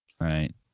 Right